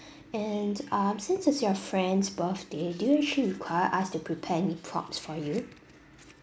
and um since it's your friend's birthday do you actually require us to prepare any props for you